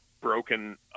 broken